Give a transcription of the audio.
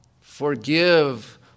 forgive